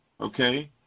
okay